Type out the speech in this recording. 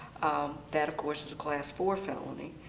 that, of course, is a class four felony.